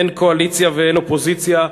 אין קואליציה ואין אופוזיציה,